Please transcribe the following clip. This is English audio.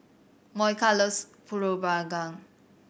Monica loves Pulut Panggang